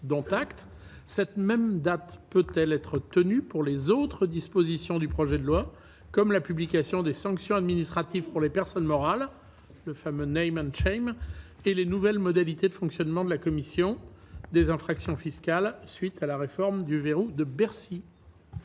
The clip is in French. dont acte, cette même date, peut-elle être tenue pour les autres dispositions du projet de loi comme la publication des sanctions administratives pour les personnes morales, le fameux Neiman et les nouvelles modalités de fonctionnement de la commission des infractions fiscales, suite à la réforme du verrou de Bercy.